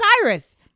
Cyrus